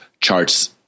charts